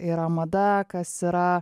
yra mada kas yra